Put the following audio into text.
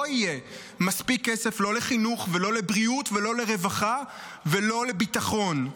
לא יהיה מספיק כסף לא לחינוך ולא לבריאות ולא לרווחה ולא לביטחון.